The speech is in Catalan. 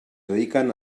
dediquen